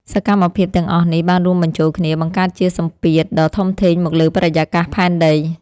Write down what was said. សកម្មភាពទាំងអស់នេះបានរួមបញ្ចូលគ្នា បង្កើតជាសម្ពាធដ៏ធំធេងមកលើបរិយាកាសផែនដី។